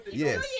yes